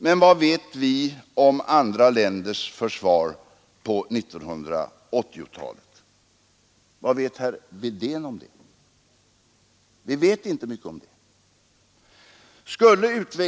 Men vad vet vi om andra länders försvar på 1980-talet? Vad vet herr Wedén om det? Vi vet inte mycket om det.